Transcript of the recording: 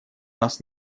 нас